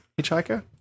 Hitchhiker